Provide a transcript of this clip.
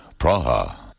Praha